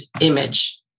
image